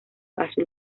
azul